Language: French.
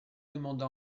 demanda